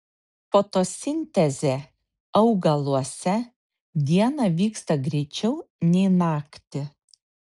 fotosintezė augaluose dieną vyksta greičiau nei naktį